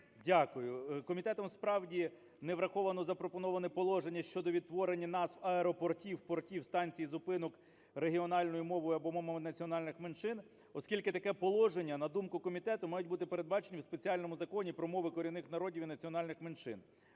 Дякую. Комітетом, справді, не враховано запропоноване положення щодо відтворення назв аеропортів, портів, станцій, зупинок регіональною мовою або мовами національних меншин, оскільки таке положення, на думку комітету, мають бути передбачені у спеціальному Законі про мови корінних народів і національних меншин.